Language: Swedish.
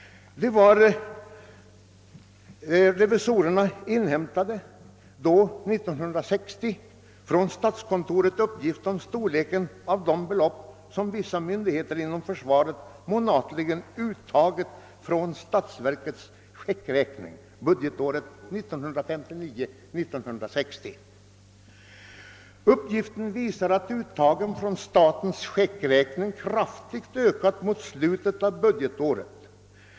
Statsrevisorerna inhämtade år 1960 från statskontoret uppgifter om storleken av de belopp, som vissa myndigheter inom försvaret månatligen uttagit från statsverkets checkräkning budgetåret 1959/60. Uppgifterna visade att uttagen från statens checkräkning kraftigt ökat mot slutet av budgetåret.